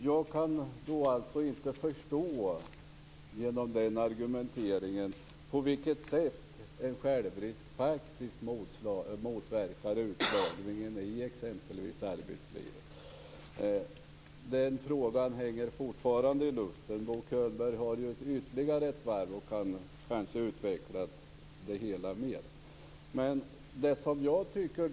Fru talman! Jag kan inte med hjälp av de argumenten förstå på vilket sätt en självrisk faktiskt motverkar utslagningen i arbetslivet. Den frågan hänger fortfarande i luften. Bo Könberg har rätt till ytterligare en replik och kan kanske utveckla det hela mer.